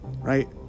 Right